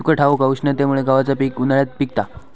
तुका ठाऊक हा, उष्णतेमुळे गव्हाचा पीक उन्हाळ्यात पिकता